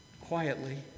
quietly